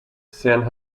san